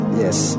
yes